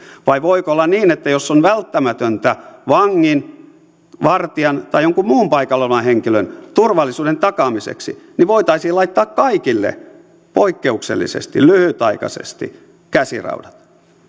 vai voiko olla niin että jos on välttämätöntä vangin vartijan tai jonkun muun paikalla olevan henkilön turvallisuuden takaamiseksi niin voitaisiin laittaa kaikille poikkeuksellisesti lyhytaikaisesti käsiraudat